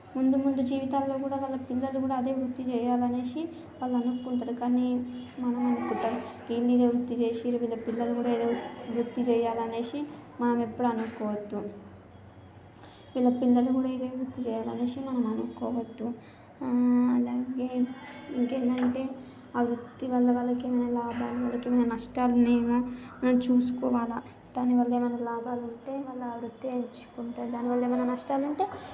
ముందు ముందు జీవితాల్లో కూడా వాళ్ల పిల్లలు కూడా అదే వృత్తి చెయ్యాలి అనేసి వాళ్ళు అనుకుంటారు కాని మనం ఏమనుకుంటాం వీళ్లు ఈ వృత్తి చేసిండ్రు వీళ్ళ పిల్లలు కూడా ఇదే వృత్తి చేయాలి అనేసి మనం ఎప్పుడు అనుకోవద్దు ఇలా పిల్లలు కూడా ఇదే వృత్తి చేయాలి అనేసి మనం అనుకోవద్దు అలాగే ఇంకేంటంటే ఆ వృత్తి వల్ల వాళ్లకి ఇంకేమైనా లాభాలు ఉన్నాయన్న నష్టాలు ఉన్నాయేమో మనం చూసుకోవాలా దాని వల్ల ఏమైనా లాభాలు ఉంటే వాళ్ళు ఆ వృత్తిని ఎంచుకుంటారు దానివల్ల ఏమన్నా నష్టాలు ఉంటే